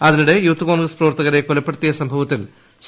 അതിനിടെ യൂത്ത് കോൺഗ്രസ് പ്രവർത്തകരെ കൊലപ്പെടുത്തിയ സംഭവത്തിൽ സി